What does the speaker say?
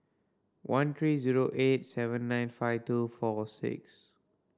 one three zero eight seven nine five two four six